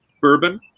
bourbon